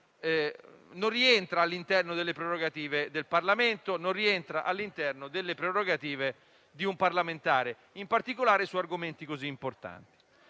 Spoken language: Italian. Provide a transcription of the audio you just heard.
non rientra all'interno delle prerogative del Parlamento e non rientra all'interno delle prerogative di un parlamentare, in particolare su argomenti così importanti.